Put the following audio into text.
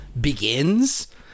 Begins